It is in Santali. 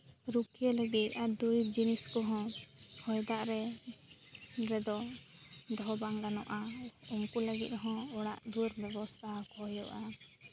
ᱨᱩᱠᱷᱤᱭᱟᱹ ᱞᱟᱹᱜᱤᱫ ᱫᱩᱨᱤᱵ ᱡᱤᱱᱤᱥ ᱠᱚᱦᱚᱸ ᱦᱚᱭ ᱫᱟᱜ ᱨᱮᱫᱚ ᱫᱚᱦᱚ ᱵᱟᱝ ᱜᱟᱱᱚᱜᱼᱟ ᱩᱱᱠᱩ ᱞᱟᱹᱜᱤᱫ ᱦᱚᱸ ᱚᱲᱟᱜ ᱫᱩᱣᱟᱹᱨ ᱵᱮᱵᱚᱥᱛᱷᱟ ᱟᱠᱚ ᱦᱩᱭᱩᱜᱼᱟ